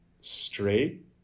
straight